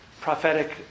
prophetic